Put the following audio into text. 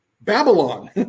Babylon